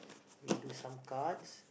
we do some cards